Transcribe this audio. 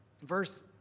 verse